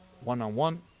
one-on-one